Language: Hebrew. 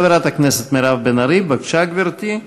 חברת הכנסת מירב בן ארי, בבקשה, גברתי.